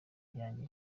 yanjye